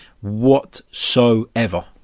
whatsoever